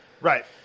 Right